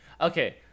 okay